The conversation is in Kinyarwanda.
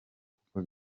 kuko